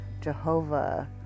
Jehovah